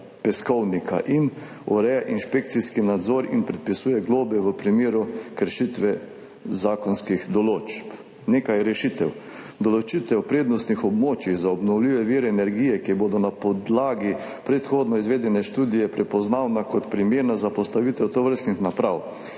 peskovnika in ureja inšpekcijski nadzor in predpisuje globe v primeru kršitve zakonskih določb. Nekaj rešitev. Določitev prednostnih območij za obnovljive vire energije, ki bodo na podlagi predhodno izvedene študije prepoznana kot primerna za postavitev tovrstnih naprav.